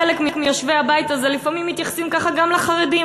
חלק מיושבי הבית הזה לפעמים מתייחסים ככה גם לחרדים,